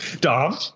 Dom